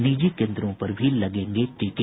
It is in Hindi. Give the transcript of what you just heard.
निजी केन्द्रों पर भी लगेंगे टीके